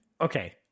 Okay